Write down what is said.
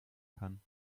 kann